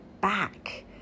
back